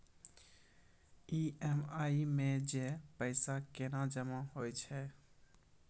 EMI मे जे पैसा केना जमा होय छै?